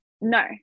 No